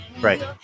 Right